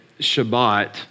Shabbat